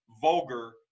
Vulgar